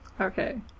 Okay